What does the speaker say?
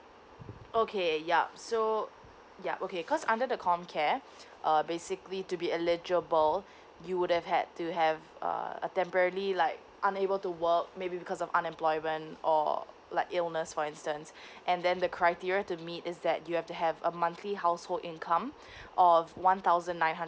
okay yup so yup okay cause under the comcare err basically to be eligible you would have had to have uh a temporary like unable to work maybe because of unemployment or like illness for instance and then the criteria to meet is that you have to have a monthly household income of one thousand nine hundred